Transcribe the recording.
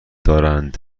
دارند